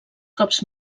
cops